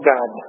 God